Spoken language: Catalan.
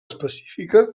específica